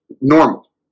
normal